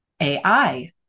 AI